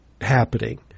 happening